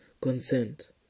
consent